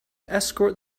escort